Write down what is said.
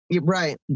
right